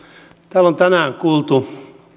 täällä on tänään kuultu